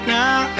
now